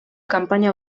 campanya